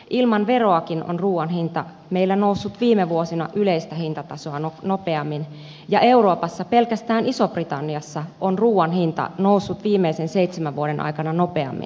ilman veroakin on ruuan hinta meillä noussut viime vuosina yleistä hintatasoa nopeammin ja euroopassa pelkästään isossa britanniassa on ruuan hinta noussut viimeisen seitsemän vuoden aikana nopeammin kuin meillä